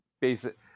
basic